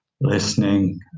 listening